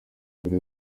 mbere